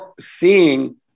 seeing